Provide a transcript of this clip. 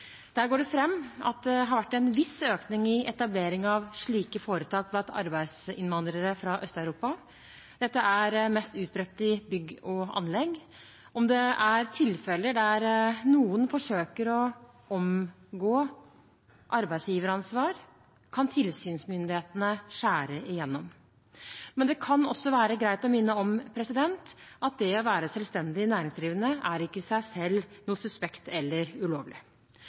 Der går det fram at det har vært en viss økning i etablering av slike foretak blant arbeidsinnvandrere fra Øst-Europa. Det er mest utbredt i bygg og anlegg. Om det er tilfeller der noen forsøker å omgå arbeidsgiveransvar, kan tilsynsmyndighetene skjære igjennom, men det kan også være greit å minne om at det å være selvstendig næringsdrivende i seg selv ikke er noe suspekt eller ulovlig.